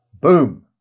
Boom